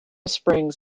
springs